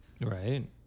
Right